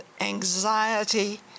Anxiety